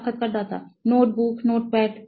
সাক্ষাৎকারদাতা notebook notepad